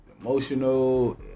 emotional